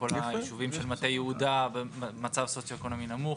כל הישובים של מטה יהודה ומצב סוציואקונומי נמוך,